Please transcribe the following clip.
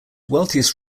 wealthiest